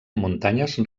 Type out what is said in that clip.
muntanyes